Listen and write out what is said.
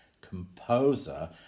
composer